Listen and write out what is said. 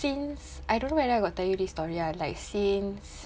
since I don't know whether I got tell you this story ah like since